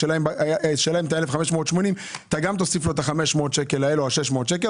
השאלה אם את ה-1,580 גם תוסיף לו את ה-500 או 600 שקל האלה,